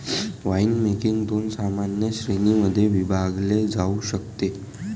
winemaking दोन सामान्य श्रेणीं मध्ये विभागले जाऊ शकते